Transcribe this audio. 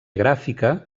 gràfica